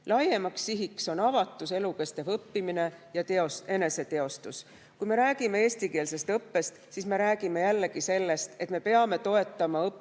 Laiem siht on avatus, elukestev õppimine ja eneseteostus. Kui me räägime eestikeelsest õppest, siis me räägime jällegi sellest, et me peame toetama õppija